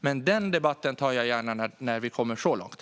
Men jag tar gärna den debatten när vi kommer så långt.